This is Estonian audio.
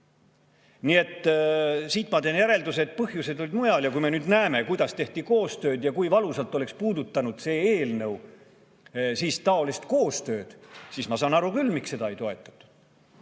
Nii et ma teen järelduse, et põhjused on mujal. Ja kui me nüüd näeme, kuidas tehti koostööd ja kui valusalt oleks puudutanud see eelnõu taolist koostööd, siis ma saan aru küll, miks [meie ettepanekuid]